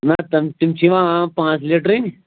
نہَ تِم تِم چھِ یِوان عام پانٛژٕ لیٖٹرٕنۍ